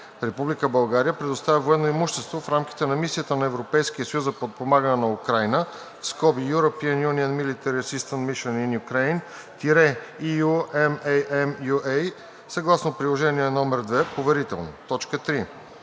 Република България предоставя военно имущество в рамките на Мисията на Европейския съюз за подпомагане на Украйна (European Union Military Assistance Mission in Ukraine – EUMAM UA) съгласно приложение № 2 (поверително). 3.